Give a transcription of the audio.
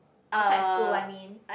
outside of school I mean